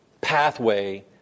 pathway